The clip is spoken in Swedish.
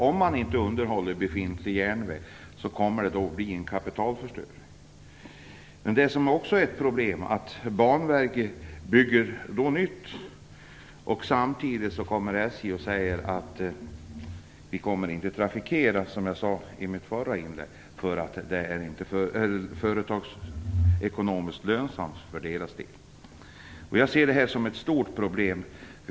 Om man inte underhåller den befintliga järnvägen kommer det att bli en kapitalförstöring, och när Banverket bygger nytt säger SJ att man inte kommer att trafikera, därför att det inte är företagsekonomiskt lönsamt för SJ:s del, som jag nämnde i mitt förra inlägg. Jag ser det här som ett stort problem.